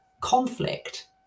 conflict